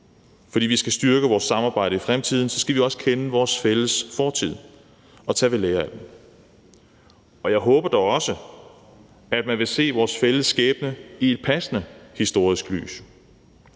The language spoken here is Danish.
Fordi vi skal styrke vores samarbejde i fremtiden, skal vi også kende vores fælles fortid og tage ved lære af den. Jeg håber da også, at man vil se vores fælles skæbne i et passende historisk lys.